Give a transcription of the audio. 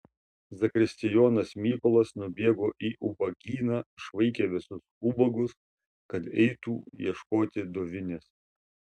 zakristijonas mykolas nubėgo į ubagyną išvaikė visus ubagus kad eitų ieškoti dovinės